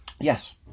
Yes